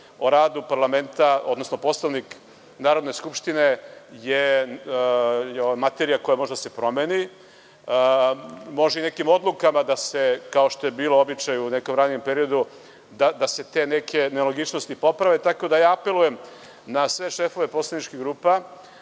o radu parlamenta, odnosno Poslovnik Narodne skupštine je materija koja može da se promeni. Mogu i nekim odlukama da se, kao što je bio običaj u nekom ranijem periodu, te neke nelogičnosti poprave. Tako da, apelujem na sve šefove poslaničkih grupa